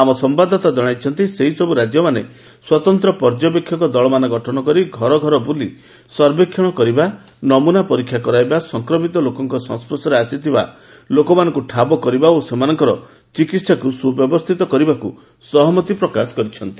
ଆମ ସମ୍ଭାଦଦାତା ଜଣାଇଛନ୍ତି ସେହିସବୁ ରାଜ୍ୟମାନେ ସ୍ୱତନ୍ତ୍ର ପର୍ଯ୍ୟବେକ୍ଷକ ଦଳମାନ ଗଠନ କରି ଘର ଘର ବୁଲି ସର୍ବେକ୍ଷଣ କରିବା ନମୁନା ପରୀକ୍ଷା କରାଇବା ସଂକ୍ରମିତ ଲୋକଙ୍କ ସଂସ୍ୱର୍ଶରେ ଆସିଥିବା ଲୋକମାନଙ୍କୁ ଠାବ କରିବା ଓ ସେମାନଙ୍କର ଚିକିହାକୁ ସୁବ୍ୟବସ୍ଥିତ କରିବାକୁ ସହମତି ପ୍ରକାଶ କରିଛନ୍ତି